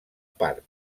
parc